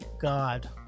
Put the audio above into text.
God